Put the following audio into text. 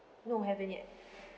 no haven't yet